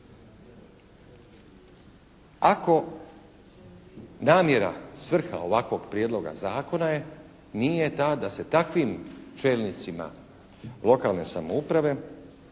ako namjera, svrha ovakvog prijedloga zakona nije ta da se takvim čelnicima lokalne samouprave